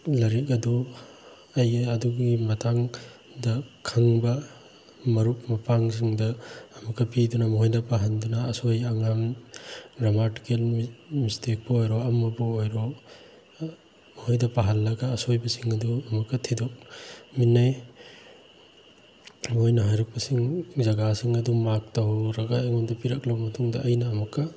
ꯂꯥꯏꯔꯤꯛ ꯑꯗꯨ ꯑꯩ ꯑꯗꯨꯒꯤ ꯃꯇꯥꯡꯗ ꯈꯪꯕ ꯃꯔꯨꯞ ꯃꯄꯥꯡꯁꯤꯡꯗ ꯑꯃꯨꯛꯀ ꯄꯤꯗꯨꯅ ꯃꯈꯣꯏꯗ ꯄꯥꯍꯟꯗꯨꯅ ꯑꯁꯣꯏ ꯑꯉꯥꯝ ꯒ꯭ꯔꯃꯥꯔꯇꯤꯀꯦꯜ ꯃꯤꯁꯇꯦꯛꯄꯨ ꯑꯣꯏꯔꯣ ꯑꯃꯕꯨ ꯑꯣꯏꯔꯣ ꯃꯈꯣꯏꯗ ꯄꯥꯍꯜꯂꯒ ꯑꯁꯣꯏꯕꯁꯤꯡ ꯑꯗꯨ ꯑꯃꯨꯛꯀ ꯊꯤꯗꯣꯛꯃꯤꯟꯅꯩ ꯃꯣꯏꯅ ꯍꯥꯏꯔꯛꯄꯁꯤꯡ ꯖꯒꯥꯁꯤꯡ ꯑꯗꯨ ꯃꯥꯛ ꯇꯧꯔꯒ ꯑꯩꯉꯣꯟꯗ ꯄꯤꯔꯛꯂꯕ ꯃꯇꯨꯡꯗ ꯑꯩꯅ ꯑꯃꯨꯛꯀ